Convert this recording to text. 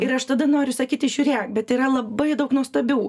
ir aš tada noriu sakyti žiūrėk bet yra labai daug nuostabių